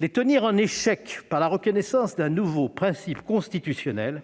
les tenir en échec par la reconnaissance d'un nouveau principe constitutionnel